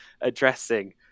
addressing